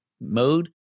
mode